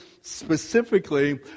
specifically